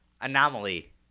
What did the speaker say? Anomaly